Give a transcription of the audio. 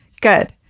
Good